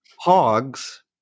Hogs